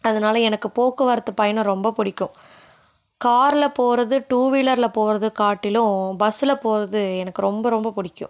அதனால எனக்கு போக்குவரத்து பயணம் ரொம்ப பிடிக்கும் கார்ல போகிறது டூ வீலர்ல போகிறது காட்டிலும் பஸ்ஸில் போகிறது எனக்கு ரொம்ப ரொம்ப பிடிக்கும்